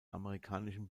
amerikanischen